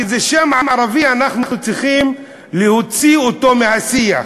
כי את השם "ערבי" אנחנו צריכים להוציא מהשיח.